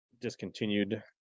Discontinued